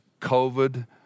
COVID